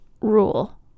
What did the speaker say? rule